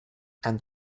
and